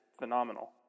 Phenomenal